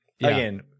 again